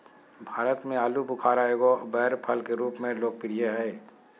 भारत में आलूबुखारा एगो बैर फल के रूप में लोकप्रिय हइ